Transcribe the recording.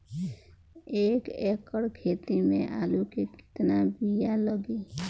एक एकड़ खेती में आलू के कितनी विया लागी?